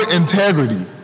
integrity